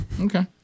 okay